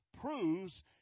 proves